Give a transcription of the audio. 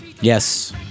Yes